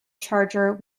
charger